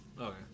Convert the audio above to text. Okay